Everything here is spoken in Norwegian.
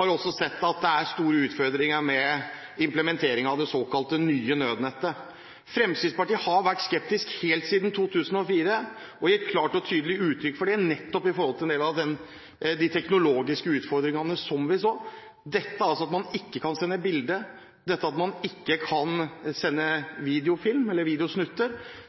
har sett at det er store utfordringer ved implementeringen av det såkalte nye nødnettet. Fremskrittspartiet har vært skeptisk helt siden 2004, og gitt klart og tydelig uttrykk for det, nettopp på grunn av en del av de teknologiske utfordringene som vi så: at man ikke kan sende bilde, at man ikke kan